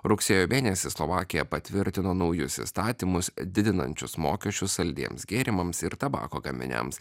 rugsėjo mėnesį slovakija patvirtino naujus įstatymus didinančius mokesčius saldiems gėrimams ir tabako gaminiams